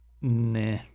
Nah